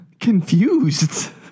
Confused